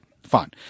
Fine